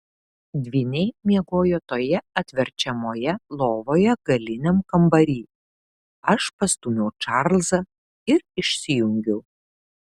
dvyniai miegojo toje atverčiamoje lovoje galiniam kambary aš pastūmiau čarlzą ir išsijungiau